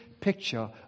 picture